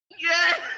Yes